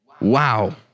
Wow